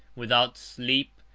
without sleep,